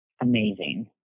amazing